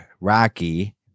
Rocky